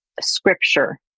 scripture